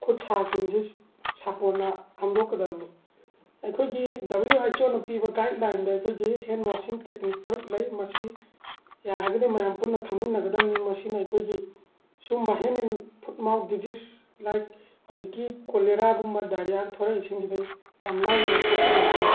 ꯈꯨꯠ ꯁꯥꯁꯤꯡꯁꯤ ꯁꯥꯄꯣꯟꯅ ꯍꯝꯗꯣꯛꯀꯗꯕꯅꯤ ꯑꯩꯈꯣꯏꯒꯤ ꯗꯕꯜꯂꯤꯌꯨ ꯑꯩꯆ ꯑꯣꯅ ꯄꯤꯕ ꯒꯥꯏꯗꯂꯥꯏꯟꯗ ꯑꯩꯈꯣꯏꯒꯤ ꯍꯦꯟ ꯋꯥꯁꯤꯡ ꯇꯦꯛꯅꯤꯛ ꯇꯔꯨꯛ ꯂꯩ ꯃꯁꯤ ꯌꯥꯔꯒꯗꯤ ꯃꯌꯥꯝ ꯄꯨꯟꯅ ꯈꯪꯃꯤꯟꯅꯒꯗꯕꯅꯤ ꯃꯁꯤꯅ ꯑꯩꯈꯣꯏꯒꯤ ꯁꯨꯝꯕ hand and foot mouth disease like ꯍꯧꯖꯤꯛꯀꯤ ꯀꯣꯂꯦꯔꯥꯒꯨꯝꯕ ꯗꯥꯏꯔꯤꯌꯥ ꯊꯣꯔꯛꯏꯁꯤꯡꯁꯤꯗꯩ ꯌꯥꯝ ꯂꯥꯏꯅ ꯉꯥꯛꯊꯣꯛꯄ ꯉꯝꯒꯅꯤ